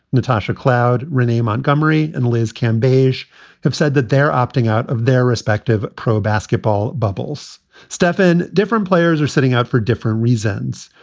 natasha cloud, renee montgomery and liz kambakhsh have said that they're opting out of their respective pro basketball bubbles. stefan, different players are sitting out for different reasons,